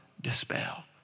dispel